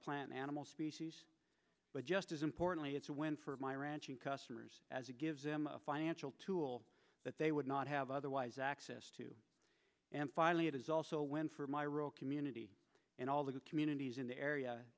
plant animal species but just as importantly it's a win for my ranching customers as it gives them a financial tool that they would not have otherwise access to and finally it is also a win for my real community and all the communities in the area